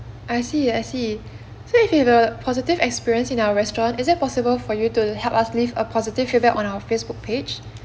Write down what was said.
I see I see so if you have a positive experience in our restaurant is it possible for you to help us leave a positive feedback on our facebook page